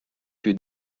que